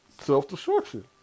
Self-destruction